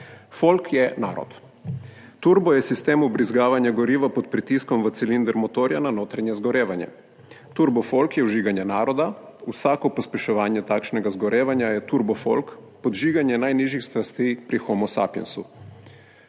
»Folk je narod. Turbo je sistem vbrizgavanja goriva pod pritiskom v cilinder motorja na notranje izgorevanje. Turbo folk je vžiganje naroda, vsako pospeševanje takšnega izgorevanja je turbo folk, podžiganje najnižjih strasti pri homo sapiensu.«